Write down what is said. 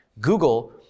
google